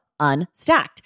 Unstacked